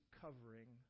covering